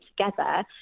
together